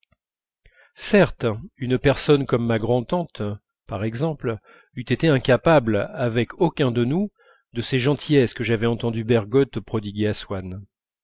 certes une personne comme ma grand'tante par exemple eût été incapable avec aucun de nous de ces gentillesses que j'avais entendu bergotte prodiguer à